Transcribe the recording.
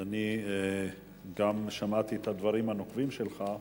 אני גם שמעתי את הדברים הנוקבים שלך,